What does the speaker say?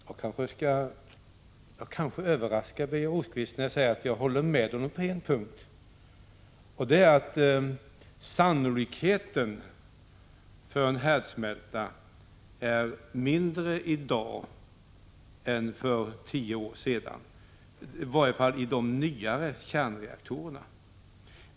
Fru talman! Jag kanske överraskar Birger Rosqvist när jag säger att jag håller med honom på en punkt. Det gäller att sannolikheten för en härdsmälta är mindre i dag än för tio år sen, i varje fall i de nyare kärnreaktorerna.